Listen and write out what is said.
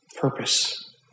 purpose